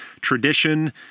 tradition